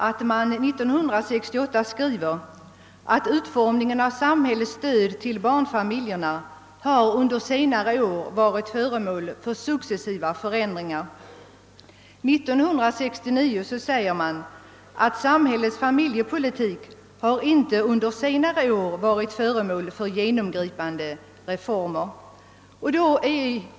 1968 skrev motionärerna att utformningen av samhällets stöd till barnfamiljerna under senare år varit föremål för successiva förändringar. I år skriver motionärerna att samhällets familjepolitik under senare år inte har varit föremål för genomgripande reformer.